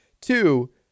Two